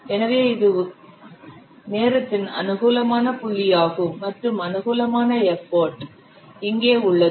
எனவே இது நேரத்தின் அனுகூலமான புள்ளியாகும் மற்றும் அனுகூலமான எஃபர்ட் இங்கே உள்ளது